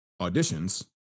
auditions